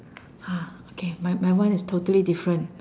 !huh! okay my my one is totally different